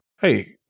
Hey